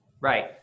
right